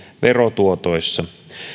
verotuotoissa